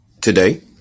today